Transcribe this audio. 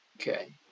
Okay